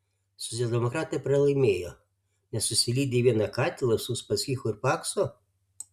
socialdemokratai pralaimėjo nes susilydė į vieną katilą su uspaskichu ir paksu